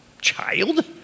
child